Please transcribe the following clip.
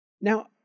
Now